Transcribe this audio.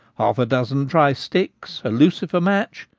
half a dozen dry sticks, a lucifer-match,